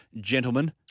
gentlemen